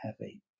heavy